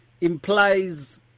implies